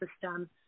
system